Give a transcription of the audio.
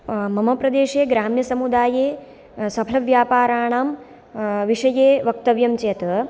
मम प्रदेशे ग्राम्यसमुदाये सफलव्यापाराणां विषये वक्तव्यं चेत्